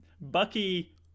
bucky